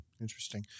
Interesting